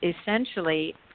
essentially